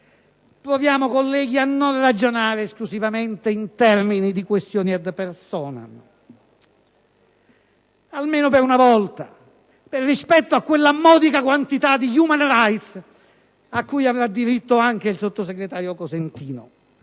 Proviamo, colleghi, a non ragionare esclusivamente in termini di questioni *ad personam*; almeno per una volta, per rispetto a quella modica quantità di *human rights* a cui avrà diritto anche il sottosegretario Cosentino.